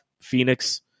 Phoenix